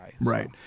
Right